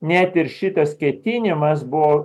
net ir šitas ketinimas buvo